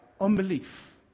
Unbelief